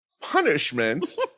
punishment